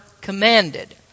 commanded